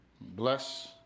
Bless